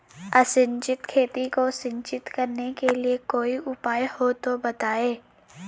असिंचित खेती को सिंचित करने के लिए कोई उपाय हो तो बताएं?